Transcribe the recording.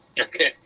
Okay